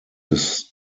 his